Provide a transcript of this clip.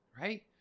right